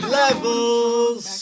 levels